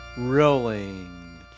Rolling